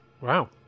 Wow